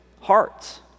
hearts